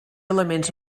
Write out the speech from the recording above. elements